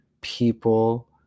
people